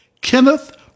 Kenneth